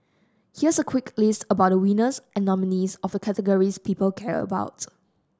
here's quick list about the winners and nominees of the categories people care about